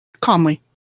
Calmly